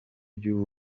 by’u